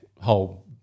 whole